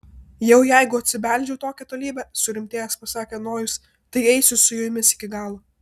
jau jeigu atsibeldžiau tokią tolybę surimtėjęs pasakė nojus tai eisiu su jumis iki galo